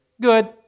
Good